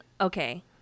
okay